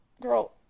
girl